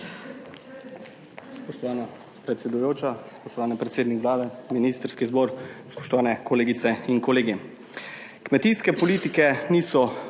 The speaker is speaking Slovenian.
Spoštovana predsedujoča, spoštovani predsednik Vlade, ministrski zbor, spoštovane kolegice in kolegi! Kmetijske politike niso